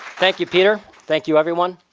thank you, peter. thank you, everyone.